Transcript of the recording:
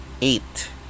eight